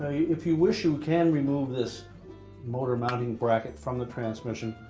if you wish, you can remove this motor-mounting bracket from the transmission,